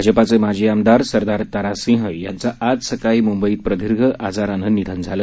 भाजपचे माजी आमदार सरदार तारासिंह यांचं आज सकाळी मुंबईत प्रदीर्घ आजारानं निधन झालं